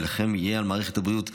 ולכן יהיה על מערכת הבריאות,